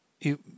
You